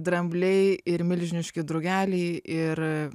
drambliai ir milžiniški drugeliai ir